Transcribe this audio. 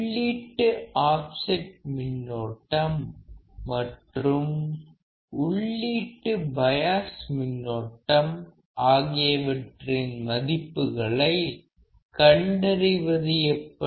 உள்ளீட்டு ஆஃப்செட் மின்னோட்டம் மற்றும் உள்ளீட்டு பையாஸ் மின்னோட்டம் ஆகியவற்றின் மதிப்புகளை கண்டறிவது எப்படி